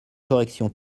corrections